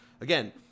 Again